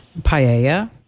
Paella